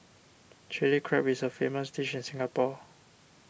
Chilli Crab is a famous dish in Singapore